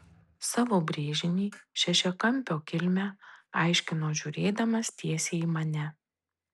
savo brėžinį šešiakampio kilmę aiškino žiūrėdamas tiesiai į mane